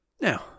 Now